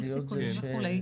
ניהול סיכונים וכו',